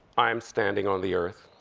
i'm standing on the earth.